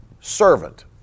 servant